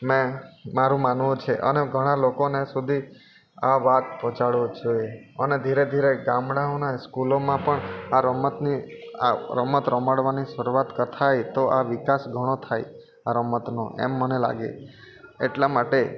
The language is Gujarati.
મેં મારું માનવું છે અને ઘણાં લોકોને સુધી આ વાત પહોંચાડવું જોઈએ અને ધીરે ધીરે ગામડાઓનાં સ્કૂલોમાં પણ આ રમતની આ રમત રમાડવાની શરૂઆત થાય તો આ વિકાસ ઘણો થાય આ રમતનો એમ મને લાગે એટલા માટે